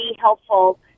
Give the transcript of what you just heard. helpful